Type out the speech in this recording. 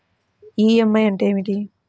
EMI అంటే ఏమిటి?